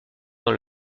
dans